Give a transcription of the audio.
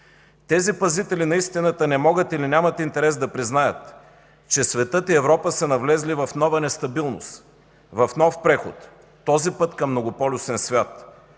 Тези „пазители на истината” не могат или нямат интерес да признаят, че светът и Европа са навлезли в нова нестабилност, в нов преход – този път към многополюсен свят.